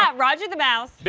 ah roger the mouse.